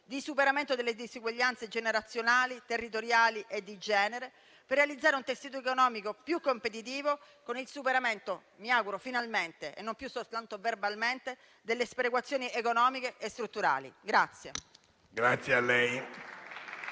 di superamento delle disuguaglianze generazionali, territoriali e di genere per realizzare un tessuto economico più competitivo con il superamento - mi auguro finalmente e non più soltanto verbalmente - delle sperequazioni economiche e strutturali.